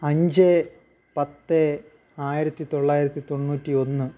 അഞ്ച് പത്ത് ആയിരത്തിത്തൊള്ളായിരത്തി തൊണ്ണൂറ്റിയൊന്ന്